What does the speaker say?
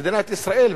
מדינת ישראל,